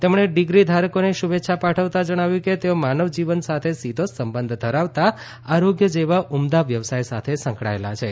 તેમણે ડિગ્રી ધારકોને શુભેચ્છા પાઠવતા જણાવ્યું કે તેઓ માનવ જીવન સાથે સીધો સંબંધ ધરાવતાં આરોગ્ય જેવા ઉમદા વ્યવસાય સાથે સંકળાયેલા છે